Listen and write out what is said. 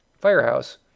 firehouse